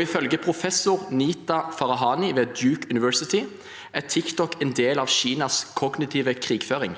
ifølge professor Nita Farahany ved Duke University er TikTok en del av Kinas kognitive krigføring.